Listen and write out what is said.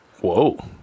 whoa